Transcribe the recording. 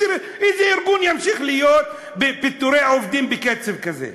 איזה ארגון ימשיך להיות בפיטורי עובדים בקצב כזה?